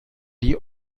die